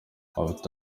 bafite